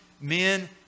men